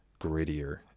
grittier